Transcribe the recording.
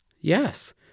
Yes